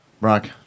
Brock